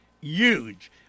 huge